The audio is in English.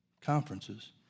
conferences